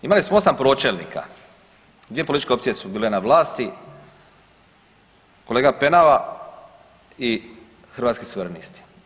Imali smo 8 pročelnika, dvije političke opcije su bile na vlasti, kolega Penava i Hrvatski suverenisti.